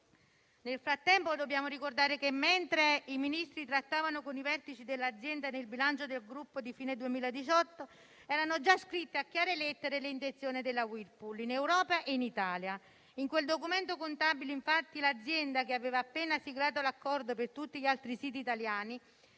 Nel frattempo dobbiamo ricordare che, mentre i Ministri trattavano con i vertici dell'azienda, nel bilancio del gruppo di fine 2018 erano già scritte a chiare lettere le intenzioni della Whirlpool in Europa e in Italia. In quel documento contabile, infatti, l'azienda, che aveva appena siglato l'accordo per tutti gli altri siti italiani,